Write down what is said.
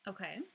Okay